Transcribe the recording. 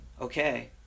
okay